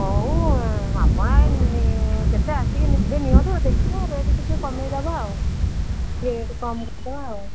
ହଉ ଆପଣ କେତେ ଆସିକି ନେବେ ନିଅନ୍ତୁ ଦେଖିବା ରେଟ୍ ଟିକେ କମେଇଦେବା ଆଉ ଟିକେ ରେଟ୍ କମ କରିଦେବା ଆଉ